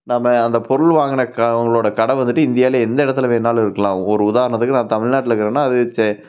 நம்ம அந்த பொருள் வாங்கின அவங்களோட கடை வந்துவிட்டு இந்தியாவிலே எந்த இடத்துல வேணும்னாலும் இருக்கலாம் ஒரு உதாரணத்துக்கு நான் தமிழ்நாட்டில் இருக்கிறேன்னா அது